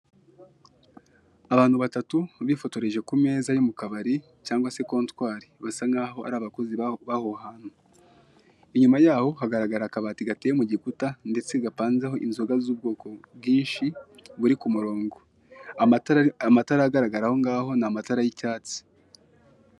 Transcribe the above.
Abantu batatu, bifotoreje ku meza yo mu kabari cyangwa se kontwari, basa nkaho ari abakozi b'aho hantu, inyuma yaho hagaragara akabati gateye mu gikuta ndetse gapanze ho inzoga z'ubwoko bwinshi buri ku murongo, amatara agaragara ahongaho ni amatara y'icyatsi.